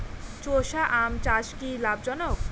চোষা আম চাষ কি লাভজনক?